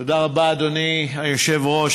תודה רבה, אדוני היושב-ראש.